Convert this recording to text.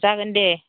जागोन दे